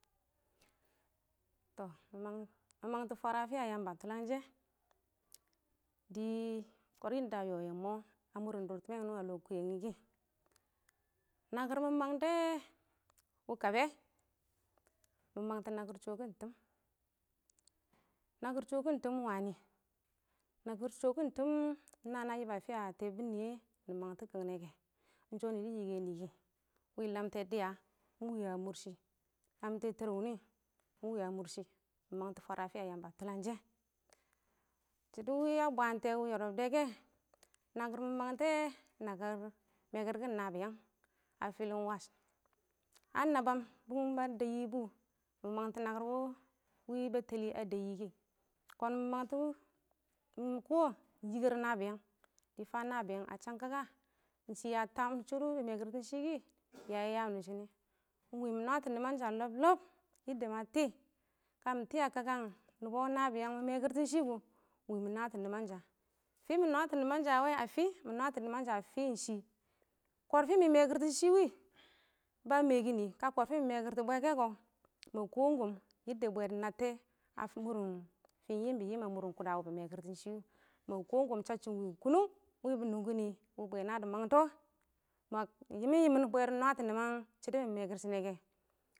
tɔ mɪ mangtɔ fwara a fɪya Yamba tʊlangshɛ dɪ kɔr yɪnɪn da a yɔ yɛ ɪng mɔ a mʊr durtɪmɛ a lɔ kʊyɛnghɪ kɪ, nakɪr mɪ mangtɛ, wɪ kabɛ, mɪ nakɪr shɔkɪn tɪɪm, nakɪr shɔkɪn tɪɪm ɪng wanɪ, nakɪr shɔkɪn tɪm ɪng na na yɪb a fɪya tɛɛbɪn nɪyɛ, kɪ mɪ mangtɔ kɪngnɛ kɛ, ɪng shɔ nɪ dɪ yikə nɪ kɪ wɪ lamtɛ dɪya mɪ wa mʊshɪ kɪ, lamtɛ tɛɛr wʊnɪ mɪ wa mʊr shɪ kɪ. Mɪ mangtɔ fwaraa fɪya yamba tʊlanshɛ shɪdɔ wɪ a bwaantɛ wɪ yɔrɔb dɛ kɛ, nakɪr mɪ mangtɛ, nakɪr mɛkɪr kɪng nabɪyang a fɪlɪn wash, a nabam bʊng ba dɛ yɪ bʊ, mɪ mangtɔ nakɪr wɔ wɪ bɛttɛlɪ a dɛ yɪ kɪ, kɔn mɪ mangtɔ mɪ kɔ fʊk yikər nabiʏang dɪ fa nabɪyang a chak kaka, dɪ shɪ a tam shɪdɔ bɪ mɛkɪrtɔn shɪ kɪ, shɪ a ya yaam dɪ shɪnɪ, ɪng wɪ mɪ nwatɔ nɪmansha lɔb-lɔb ka mɪ tɪ a kakkan nɪbɔ nabɪyang mɪ mɛkɪrtɔn shɪ kʊ, ɪng wɪ mɪ nwatɔ nɪmansha. fɪ mɪ nwatɔ nɪmansha wɛ a fɪ? mɪ nwatɔ nɪmansha a fɪya shɪ kɔrfɪ mɪ mɛkɪrtɔn shɪ wɪ, ba mɛkɪnɪ ka kɔrfɪ mɪ mɛkɪrtɔ bwɛkɛ kɔ, ma koom-koom bwɛ dɪ nattɛ a mʊr kʊdda bɪ yɪɪm bɪ mɛkɪrtɔ shɪ wɪ ma koom koom shashɪm wɪ kʊnʊng wɪ bɪ nʊngʊnɪ wɪ bwɛ nadʊ mangtɔ ma yɪmɪn yɪmɪn bwɛ dɪ nwatɔ nɪman shɪdɔ bɪ mɛkɪrtɔ wɛ.